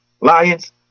lions